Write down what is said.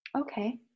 Okay